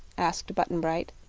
asked button-bright.